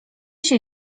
się